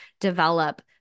develop